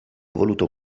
voluto